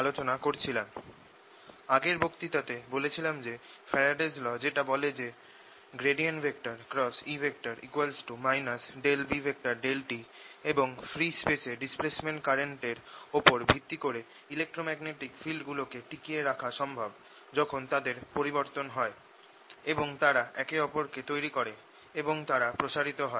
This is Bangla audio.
আগের বক্তৃতাতে বলেছিলাম যে ফ্যারাডেস ল Faradays law যেটা বলে যে E B∂t এবং ফ্রি স্পেসে ডিসপ্লেসমেন্ট কারেন্ট এর ওপর ভিত্তি করে ইলেক্ট্রোম্যাগনেটিক ফিল্ডগুলোকে টিকিয়ে রাখা সম্ভব যখন তাদের পরিবর্তন হয় এবং তারা একে ওপরকে তৈরি করে এবং তারা প্রসারিত হয়